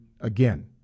again